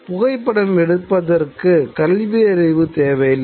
புகைப்படம் எடுப்பதற்கு கல்வியறிவு தேவையில்லை